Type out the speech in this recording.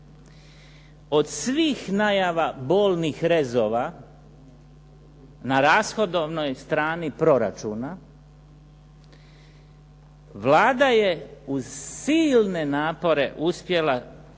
Od svih najava bolnih rezova na rashodovnoj strani proračuna Vlada je uz silne napore uspjela srezati,